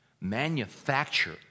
manufacture